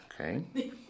Okay